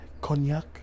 Cognac